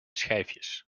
schijfjes